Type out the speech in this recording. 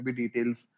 details